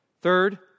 Third